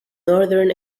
northern